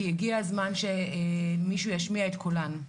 כי הגיע הזמן שמישהו ישמיע את קולן.